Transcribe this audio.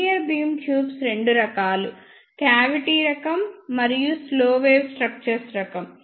linear beam tubes రెండు రకాలు cavity రకం మరియు స్లో వేవ్ స్ట్రక్చర్ రకం